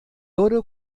oro